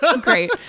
great